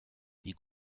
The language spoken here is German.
die